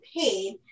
paid